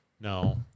No